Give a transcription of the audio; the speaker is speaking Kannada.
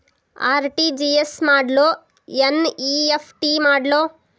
ಆರ್.ಟಿ.ಜಿ.ಎಸ್ ಮಾಡ್ಲೊ ಎನ್.ಇ.ಎಫ್.ಟಿ ಮಾಡ್ಲೊ?